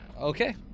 okay